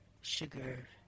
sugar